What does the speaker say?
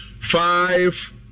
five